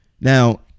Now